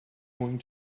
going